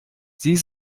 sie